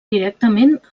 directament